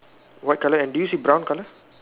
what colour and do you see brown colour